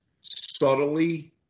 subtly